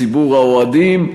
ציבור האוהדים,